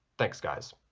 thanks guys